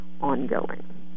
ongoing